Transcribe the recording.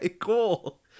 cool